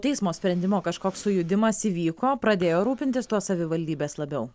teismo sprendimo kažkoks sujudimas įvyko pradėjo rūpintis tuo savivaldybės labiau